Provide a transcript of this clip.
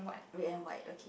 red and white okay